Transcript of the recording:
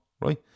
right